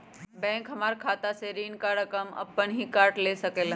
Bank हमार खाता से ऋण का रकम अपन हीं काट ले सकेला?